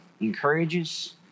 encourages